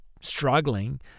struggling